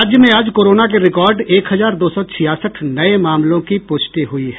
राज्य में आज कोरोना के रिकार्ड एक हजार दो सौ छियासठ नए मामलों की प्रष्टि हुई है